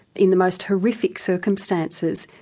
in the most horrific circumstances.